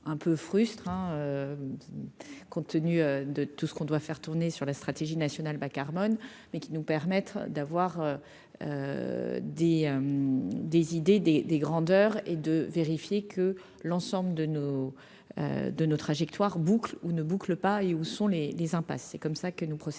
un peu frustre, hein, compte tenu de tout ce qu'on doit faire tourner sur la stratégie nationale bas-carbone mais qui nous permettre d'avoir des des idées des des grandeurs et de vérifier que l'ensemble de nos, de nos trajectoires boucle ou ne boucle pas et où sont les les impasses, c'est comme ça que nous procédons